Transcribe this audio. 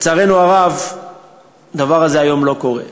לצערנו הרב הדבר הזה היום לא קורה,